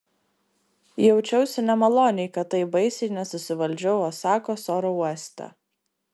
jaučiausi nemaloniai kad taip baisiai nesusivaldžiau osakos oro uoste